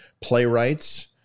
playwrights